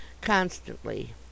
constantly